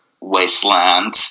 wasteland